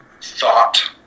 thought